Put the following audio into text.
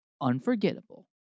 unforgettable